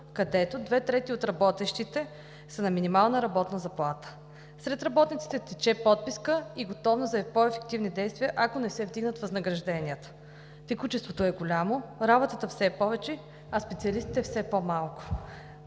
където две трети от работещите са на минимална работна заплата. Сред работниците тече подписка и готовност за по-ефективни действия, ако не се вдигнат възнагражденията. Текучеството е голямо, работата все повече, а специалистите все по малко